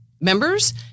members